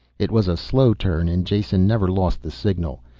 it was a slow turn and jason never lost the signal.